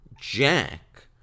jack